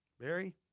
Barry